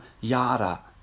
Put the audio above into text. yada